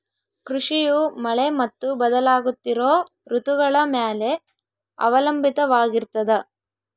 ಕೃಷಿಯು ಮಳೆ ಮತ್ತು ಬದಲಾಗುತ್ತಿರೋ ಋತುಗಳ ಮ್ಯಾಲೆ ಅವಲಂಬಿತವಾಗಿರ್ತದ